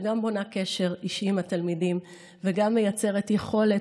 שגם בונה קשר אישי עם התלמידים וגם מייצרת יכולת